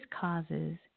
causes